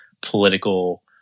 political